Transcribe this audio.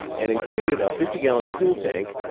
and included a fifty gallon fuel tank,